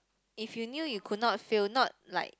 if you knew you could not fail not like